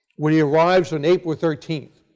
where he arrives on april thirteen.